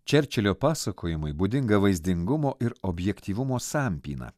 čerčilio pasakojimui būdinga vaizdingumo ir objektyvumo sampyna